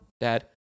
dad